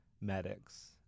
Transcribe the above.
medics